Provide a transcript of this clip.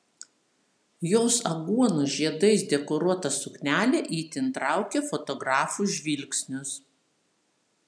jos aguonų žiedais dekoruota suknelė itin traukė fotografų žvilgsnius